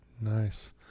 Nice